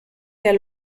der